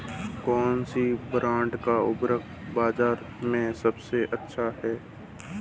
कौनसे ब्रांड का उर्वरक बाज़ार में सबसे अच्छा हैं?